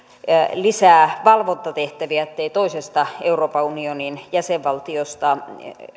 lisää valvontatehtäviä että deaktivoiduissa aseissa toisesta euroopan unionin jäsenvaltiosta